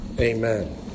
Amen